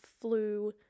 flu